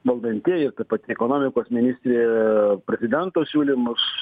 valdantieji pati ekonomikos ministrė prezidento siūlymus